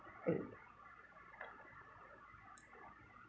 uh